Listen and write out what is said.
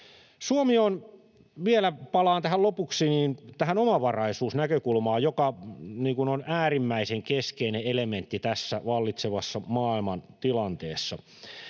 Palaan vielä lopuksi tähän omavaraisuusnäkökulmaan, joka on äärimmäisen keskeinen elementti tässä vallitsevassa maailmantilanteessa.